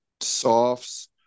softs